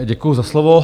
Děkuji za slovo.